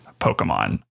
Pokemon